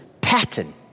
pattern